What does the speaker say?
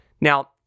Now